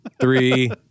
three